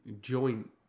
joint